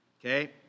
Okay